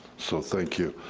so thank you.